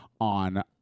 on